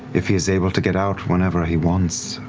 if he is able to get out whenever he wants.